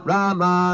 Rama